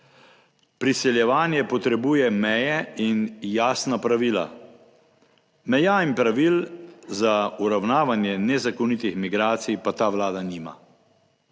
Priseljevanje potrebuje meje in jasna pravila. Meja in pravil za uravnavanje nezakonitih migracij pa ta Vlada nima.